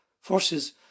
forces